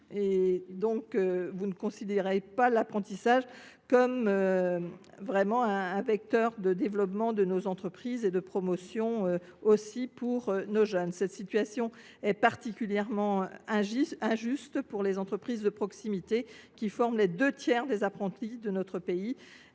tout simplement pas l’apprentissage comme un vecteur de développement de nos entreprises et de promotion pour nos jeunes. Cette situation est particulièrement injuste pour les entreprises de proximité, qui forment les deux tiers des apprentis du pays